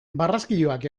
barraskiloak